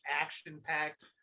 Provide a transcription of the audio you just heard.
action-packed